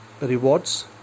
rewards